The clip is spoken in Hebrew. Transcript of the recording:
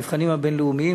המבחנים הבין-לאומיים,